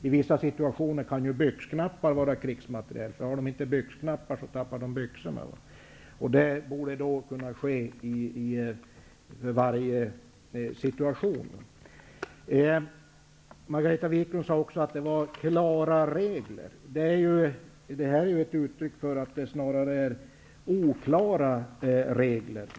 I vissa situationer kan byxknappar vara krigsmateriel, för har inte soldaterna byxknappar så tappar de byxorna. Det borde då kunna ske en prövning i varje situation. Margareta Viklund sade också att det var klara regler. Det här är ju ett uttryck för att det snarare är oklara regler.